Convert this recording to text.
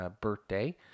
birthday